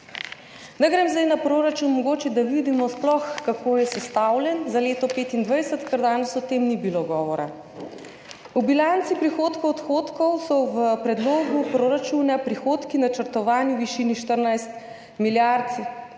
Grem zdaj na proračun, da mogoče sploh vidimo, kako je sestavljen za leto 2025, ker danes o tem ni bilo govora. V bilanci prihodkov in odhodkov so v predlogu proračuna prihodki načrtovani v višini 14 milijard